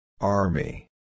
Army